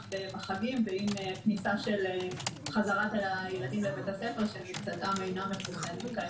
בחגים וגם חזרת הילדים מבית הספר שמקצתם אינם מחוסנים.